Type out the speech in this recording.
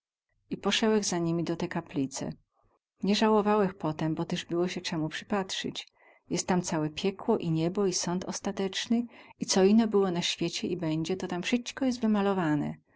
i posełech za nimi do te kaplice nie załowałech potem bo tyz było sie cemu przypatrzyć jest tam całe piekło i niebo i sąd ostateczny i co ino było na świecie i bedzie to tam wsyćko jest wymalowane